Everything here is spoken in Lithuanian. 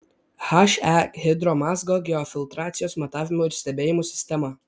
he hidromazgo geofiltracijos matavimų ir stebėjimų sistema